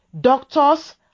doctors